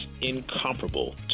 incomparable